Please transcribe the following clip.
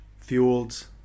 fueled